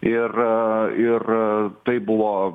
ir ir tai buvo